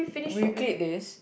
we cleared this